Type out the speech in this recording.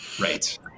Right